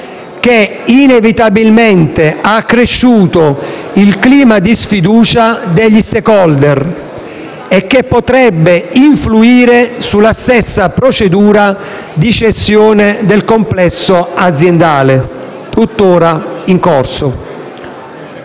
che inevitabilmente ha accresciuto il clima di sfiducia degli *stakeholder* e che potrebbe influire sulla stessa procedura di cessione del complesso aziendale tutt'ora in corso.